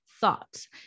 Thoughts